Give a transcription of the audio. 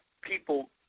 people